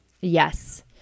Yes